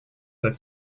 have